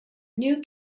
new